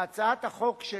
שהצעת החוק של